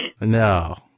No